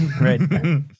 Right